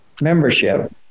membership